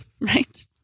Right